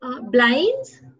blinds